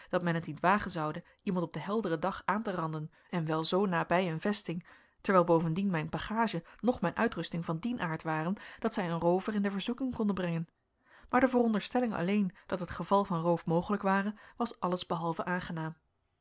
dat men het niet wagen zoude iemand op den helderen dag aan te randen en wel zoo nabij een vesting terwijl bovendien mijn bagage noch mijn uitrusting van dien aard waren dat zij een roover in de verzoeking konden brengen maar de veronderstelling alleen dat het geval van roof mogelijk ware was alles behalve aangenaam